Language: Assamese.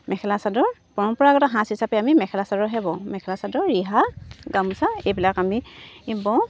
মেখেলা চাদৰ পৰম্পৰাগত সাজ হিচাপে আমি মেখেলা চাদৰহে বওঁ মেখেলা চাদৰ ৰিহা গামোচা এইবিলাক আমি বওঁ